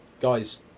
guys